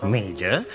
Major